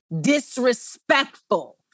disrespectful